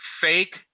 fake